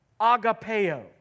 Agapeo